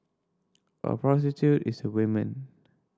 a prostitute is a women